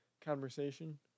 conversation